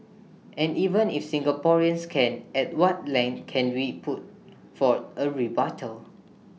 and even if Singaporeans can at what length can we put forth A rebuttal